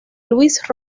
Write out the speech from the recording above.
luis